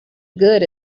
good